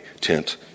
tent